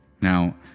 Now